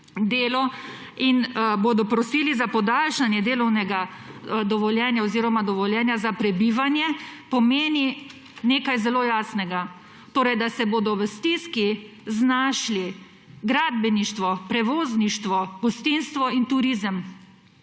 in bodo prosili za podaljšanje delovnega dovoljenja oziroma dovoljenja za prebivanje, pomeni nekaj zelo jasnega; torej, da se bodo v stiski znašli gradbeništvo, prevozništvo, gostinstvo in turizem.